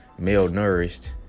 malnourished